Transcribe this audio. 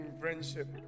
friendship